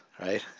right